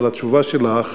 אבל התשובה שלך